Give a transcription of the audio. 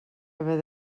haver